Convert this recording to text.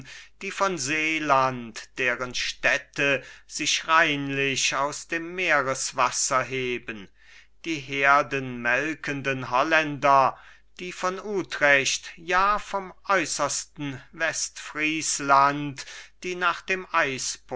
die von seeland deren städte sich reinlich aus dem meereswasser heben die herdenmelkenden holländer die von utrecht ja vom äußersten westfriesland die nach dem